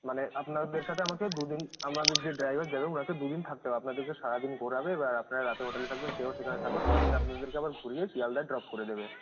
মানে আপনাদের সাথে আমাকে দুদিন আমাদের যে ড্রাইভার যাবে ওনাকে দুদিন থাকতে হবে আপনাদেরকে সারাদিন ঘোরাবে এবার আপনারা রাতে হোটেলে থাকবেন সেও সেখানে থাকবে পরের দিন আপনাদেরকে আবার ঘুরিয়ে শিয়ালদহয় ড্রপ করে দেবে